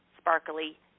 sparkly